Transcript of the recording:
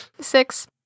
Six